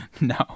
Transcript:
No